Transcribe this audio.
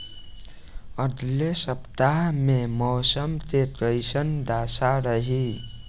अलगे सपतआह में मौसम के कइसन दशा रही?